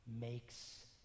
Makes